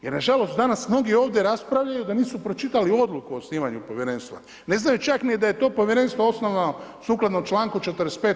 Jer nažalost danas mnogi ovdje raspravljaju da nisu pročitali odluku o osnivanju povjerenstva, ne znaju čak ni da je to povjerenstvo osnovano sukladno članku 45.